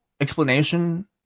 explanation